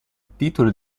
titolo